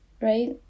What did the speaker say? right